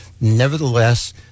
Nevertheless